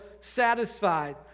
satisfied